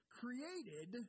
created